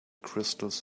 crystals